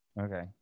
Okay